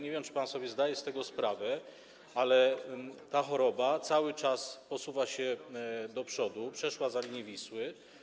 Nie wiem, czy pan sobie zdaje z tego sprawę, ale ta choroba cały czas posuwa się do przodu, przeszła linię Wisły.